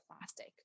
plastic